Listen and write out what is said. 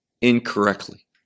incorrectly